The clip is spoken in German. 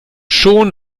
schon